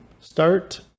start